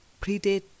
predate